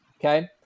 Okay